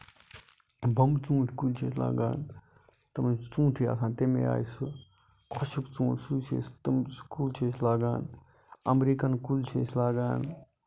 بَمب ژوٗنٹۍ کُلۍ چھِ أسۍ لاگان تِمَن چھُ ژوٗنٹھٕے آسان تَمہِ آیہِ سُہ خۄشُک ژوٗنٹھ سُے چھِ أسۍ تِم کُلۍ چھِ أسۍ لاگان اَمریکَن کُلۍ چھِ أسۍ لاگان